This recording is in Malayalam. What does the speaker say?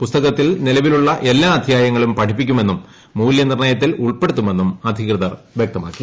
പുസ്തകത്തിൽ നിലവിലുള്ള എല്ലാം അദ്ധ്യായങ്ങളും പഠിപ്പിക്കുമെന്നും മൂല്യനിർണ്ണയത്തിൽ ി ഉൾപ്പെടുത്തുമെന്നും അധികൃതർ വ്യക്തമാക്കി